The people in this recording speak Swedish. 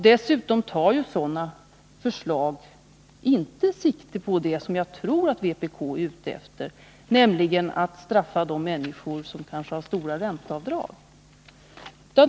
Dessutom tar sådana förslag inte sikte på det som jag tror att vpk är ute efter, nämligen att straffa de människor som har stora ränteavdrag.